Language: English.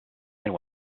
and